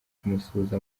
kumusuhuza